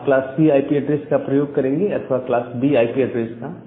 आप class C IP address का प्रयोग करेंगे अथवा क्लास B आईपी एड्रेस का